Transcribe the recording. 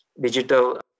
digital